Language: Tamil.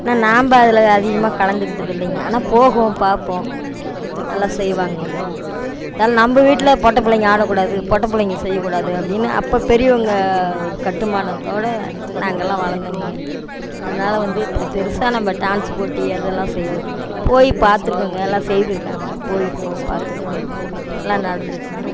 ஆனால் நாம் அதில் அதிகமாக கலந்துக்கிட்டது இல்லைங்க ஆனால் போவோம் பார்ப்போம் நல்லா செய்வாங்கங்க இருந்தாலும் நம்ம வீட்டில் பொட்டை பிள்ளைங்க ஆடக்கூடாது பொட்டை பிள்ளைங்க செய்யக்கூடாது அப்படின்னு அப்போ பெரியவங்க ஒரு கட்டுமானத்தோடு நாங்கெல்லாம் வளர்ந்தோங்கங்க அதனால வந்துவிட்டு பெருசாக நம்ம டான்ஸ் போட்டி அதெல்லாம் போய் பாத்திருக்கோங்க எல்லாம் செய்திருக்காங்க போய்ருக்கோம் பாத்திருக்கோம் எல்லாம் நடந்திருக்குங்க